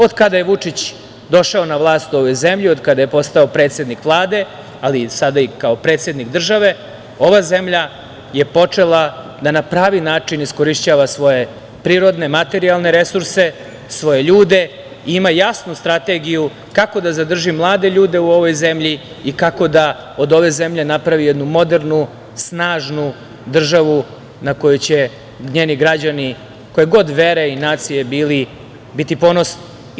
Od kada je Vučić došao na vlast u ovoj zemlji, od kada je postao predsednik Vlade, ali sada i kao predsednik države, ova zemlja je počela da na pravi način iskorišćava svoje prirodne, materijalne resurse, svoje ljude i ima jasnu strategiju kako da zadrži mlade ljude u ovoj zemlji i kako da od ove zemlje napravi jednu modernu, snažnu državu, na koju će njeni građani, koje god vere i nacije bili, biti ponosni.